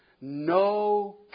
No